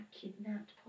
Kidnapped